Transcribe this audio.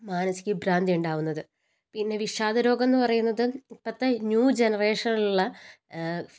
മാനസിക വിഭ്രാന്തി ഉണ്ടാവുന്നത് പിന്നെ വിഷാദ രോഗമെന്ന് പറയുന്നത് ഇപ്പത്തെ ന്യൂജനറേഷനുള്ള